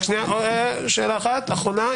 רק שנייה, שאלה אחת אחרונה.